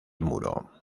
muro